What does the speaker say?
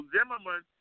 Zimmerman